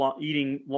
eating